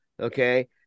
Okay